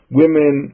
women